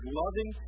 loving